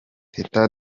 teta